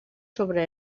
sobre